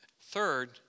third